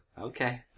Okay